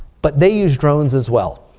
but they use drones as well.